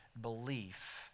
belief